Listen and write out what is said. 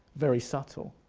very subtle,